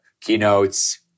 keynotes